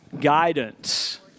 Guidance